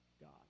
God